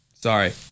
Sorry